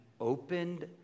opened